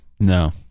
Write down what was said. No